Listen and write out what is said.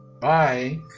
Bye